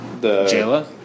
Jayla